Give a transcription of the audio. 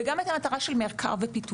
וגם את המטרה של מחקר ופיתוח.